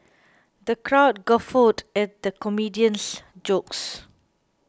the crowd guffawed at the comedian's jokes